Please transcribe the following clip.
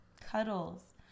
cuddles